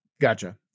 Gotcha